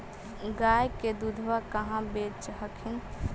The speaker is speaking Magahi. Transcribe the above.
गया के दूधबा कहाँ बेच हखिन?